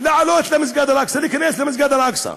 לעלות למסגד אל-אקצא, להיכנס למסגד אל-אקצא.